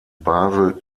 basel